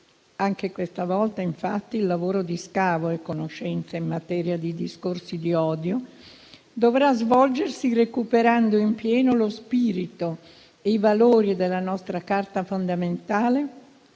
Anche questa volta, infatti, il lavoro di scavo e conoscenza in materia di discorsi di odio dovrà svolgersi recuperando in pieno lo spirito e i valori della nostra Carta fondamentale,